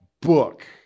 book